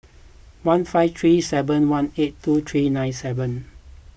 one five three seven one eight two three nine seven